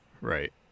Right